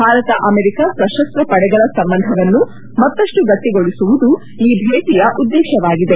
Bharat America ಸತಸ್ತ ಪಡೆಗಳ ಸಂಬಂಧವನ್ನು ಮತ್ತಪ್ಟು ಗಟ್ಟಗೊಳಿಸುವುದು ಈ ಭೇಟಿಯ ಉದ್ಲೇಶವಾಗಿದೆ